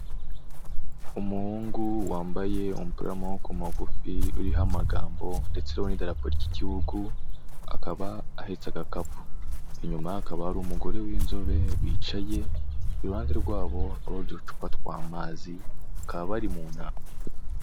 Umuhungu wambaye umupira w'amaboko magufi uriho amagambo ndetse uriho n'iderapo ry'igihugu, akaba ahetse agakapu. Inyuma hakaba hari umugore w'inzobe wicaye, iruhande rwabo hari uducupa tw'amazi, bakaba bari mu nama.